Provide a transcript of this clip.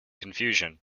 confusion